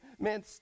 man